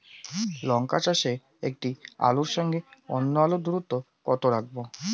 লঙ্কা চাষে একটি আলুর সঙ্গে অন্য আলুর দূরত্ব কত রাখবো?